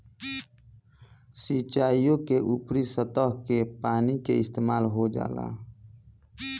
सिंचाईओ में ऊपरी सतह के पानी के इस्तेमाल हो जाला